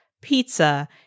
pizza